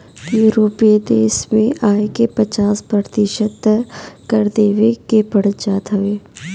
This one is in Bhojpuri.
यूरोपीय देस में आय के पचास प्रतिशत तअ कर देवे के पड़ जात हवे